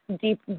deep